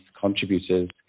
contributors